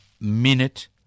minute